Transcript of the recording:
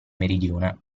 meridione